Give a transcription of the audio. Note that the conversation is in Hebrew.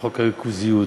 בחוק הריכוזיות,